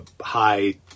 high